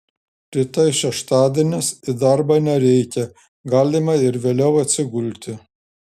rytoj šeštadienis į darbą nereikia galima ir vėliau atsigulti